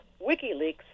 WikiLeaks